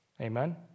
Amen